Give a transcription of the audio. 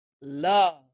Love